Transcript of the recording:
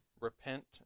repent